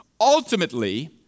Ultimately